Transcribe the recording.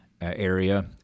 area